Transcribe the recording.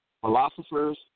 philosophers